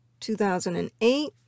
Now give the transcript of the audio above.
2008